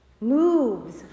moves